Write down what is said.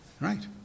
Right